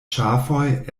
ŝafoj